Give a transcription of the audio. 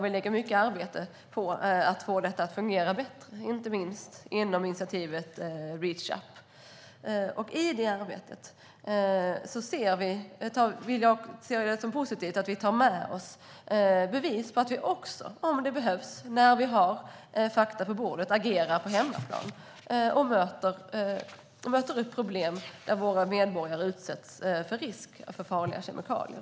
Vi lägger mycket arbete på att få det att fungera bättre, inte minst inom initiativet Reach up. I det arbetet ser vi det som positivt att vi tar med oss bevis på att vi också, om det behövs och när vi har fakta på bordet, agerar på hemmaplan och bemöter problem när våra medborgare utsätts för risk på grund av farliga kemikalier.